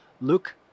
Luke